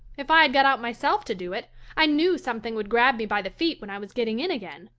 if i had got out myself to do it i knew something would grab me by the feet when i was getting in again.